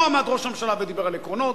פה עמד ראש הממשלה ודיבר על עקרונות.